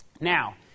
Now